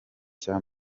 cya